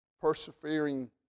persevering